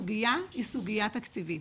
הסוגיה היא סוגיה תקציבית.